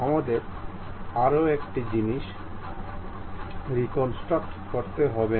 আমাদের আর একটি জিনিস রিকন্সট্রাক্ট করতে হবে না